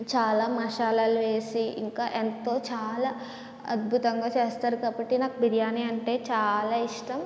చాలా మసాలాలు వేసి ఇంకా ఎంతో చాలా అద్భుతంగా చేస్తారు కాబట్టి నాకు బిర్యాని అంటే చాలా ఇష్టం